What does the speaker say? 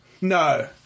No